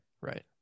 right